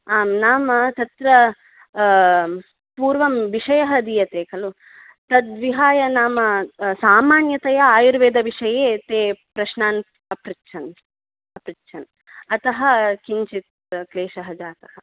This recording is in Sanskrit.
आम् नाम तत्र पूर्वं विषयः दीयते खलु तद्विहाय नाम सामान्यतया आयुर्वेदविषये ते प्रश्नान् अपृच्छन् अपृच्छन् अतः किञ्चित् क्लेशः जातः